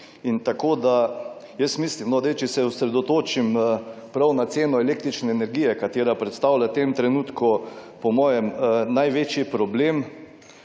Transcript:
energentov Jaz mislim, če se osredotočim prav na ceno električne energije katera predstavlja v tem trenutku po mojem največji problem